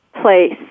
place